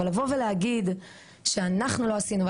אבל לבוא ולהגיד שאנחנו לא עשינו,